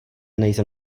nejsem